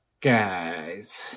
guys